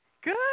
Good